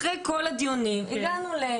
ואחרי כל הדיונים הגענו ל-ו',